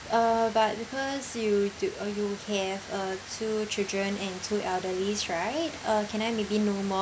uh but because you d~ uh you have uh two children and two elderlies right uh can I maybe know more